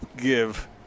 give